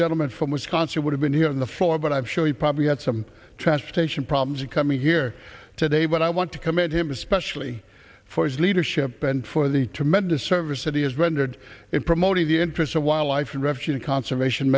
gentleman from wisconsin would have been here on the floor but i'm sure he probably had some transportation problems coming here today but i want to commend him especially for his leadership and for the tremendous service it has rendered it promoting the interests of wildlife refuge a conservation